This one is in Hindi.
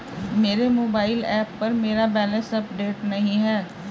मेरे मोबाइल ऐप पर मेरा बैलेंस अपडेट नहीं है